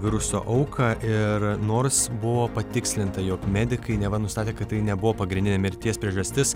viruso auką ir nors buvo patikslinta jog medikai neva nustatė kad tai nebuvo pagrindinė mirties priežastis